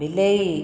ବିଲେଇ